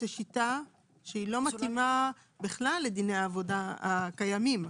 יכול להיות שזאת שיטה שהיא כלל לא מתאימה לדיני העבודה הקיימים.